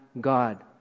God